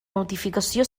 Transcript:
notificació